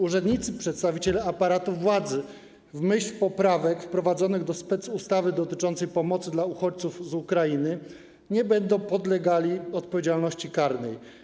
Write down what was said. Urzędnicy, przedstawiciele aparatu władzy w myśl poprawek wprowadzonych do specustawy dotyczącej pomocy dla uchodźców z Ukrainy nie będą podlegali odpowiedzialności karnej.